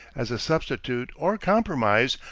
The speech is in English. as a substitute or compromise,